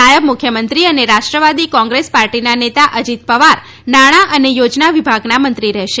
નાયબ મુખ્યમંત્રી અને રાષ્ટ્રવાદી કોંગ્રેસ પાર્ટીના નેતા અજિત પવાર નાણાં અને યોજના વિભાગના મંત્રી હશે